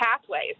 pathways